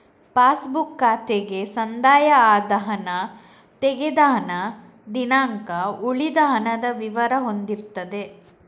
pass book ಖಾತೆಗೆ ಸಂದಾಯ ಆದ ಹಣ, ತೆಗೆದ ಹಣ, ದಿನಾಂಕ, ಉಳಿದ ಹಣದ ವಿವರ ಹೊಂದಿರ್ತದೆ